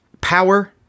Power